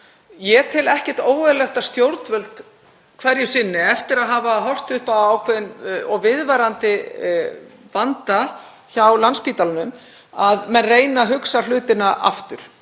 fram, ekkert óeðlilegt að stjórnvöld hverju sinni, eftir að hafa horft upp á ákveðinn og viðvarandi vanda hjá Landspítalanum, reyni að hugsa hlutina aftur.